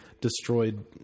destroyed